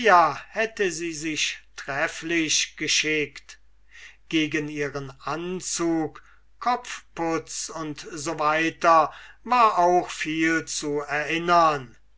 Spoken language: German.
hätte sie sich trefflich geschickt gegen ihren anzug kopfputz u s w war auch viel zu erinnern